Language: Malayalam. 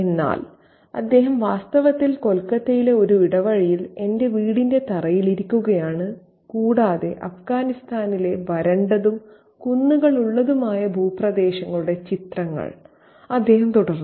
എന്നാൽ അദ്ദേഹം വാസ്തവത്തിൽ കൊൽക്കത്തയിലെ ഒരു ഇടവഴിയിൽ എന്റെ വീടിന്റെ തറയിൽ ഇരിക്കുകയാണ് കൂടാതെ അഫ്ഗാനിസ്ഥാനിലെ വരണ്ടതും കുന്നുകളുള്ളതുമായ ഭൂപ്രദേശങ്ങളുടെ ചിത്രങ്ങൾ അദ്ദേഹം തുടർന്നു